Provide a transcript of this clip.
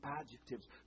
adjectives